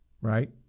right